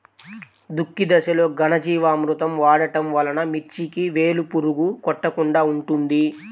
దుక్కి దశలో ఘనజీవామృతం వాడటం వలన మిర్చికి వేలు పురుగు కొట్టకుండా ఉంటుంది?